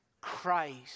Christ